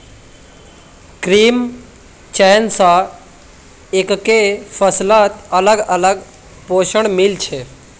कृत्रिम चयन स एकके फसलत अलग अलग पोषण मिल छे